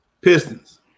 Pistons